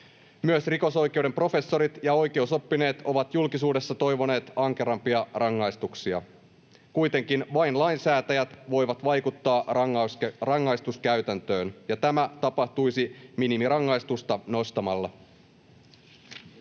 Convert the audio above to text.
Myös rikosoikeuden professorit ja oikeusoppineet ovat julkisuudessa toivoneet ankarampia rangaistuksia. Kuitenkin vain lainsäätäjät voivat vaikuttaa rangaistuskäytäntöön, ja tämä tapahtuisi minimirangaistusta nostamalla.